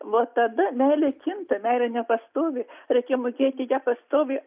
va tada meilė kinta meilė nepastovi reikia mokėti ją pastoviai